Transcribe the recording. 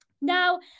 Now